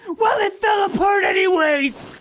well it fell apart anyways!